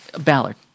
Ballard